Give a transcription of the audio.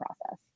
process